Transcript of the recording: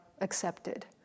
accepted